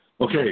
Okay